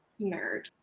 nerd